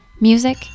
Music